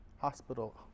hospital